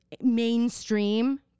mainstream